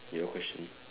your question